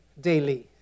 daily